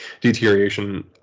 deterioration